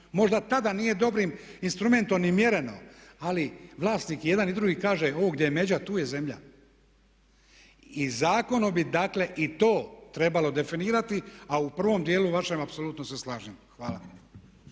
možda tada nije dobrim instrumentom ni mjereno, ali vlasnik i jedan i drugi kaže, ovdje gdje je međa tu je zemlja. I zakonom bi dakle i to trebalo definirati a u prvom djelu vašem apsolutno se slažem. Hvala.